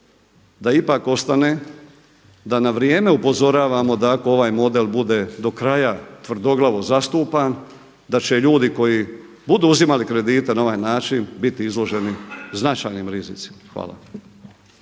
da ipak ostane da na vrijeme upozoravamo da ako ovaj model bude do kraja tvrdoglavo zastupan da će ljudi koji budu uzimali kredite na ovaj način biti izloženi značajnim rizicima. Hvala.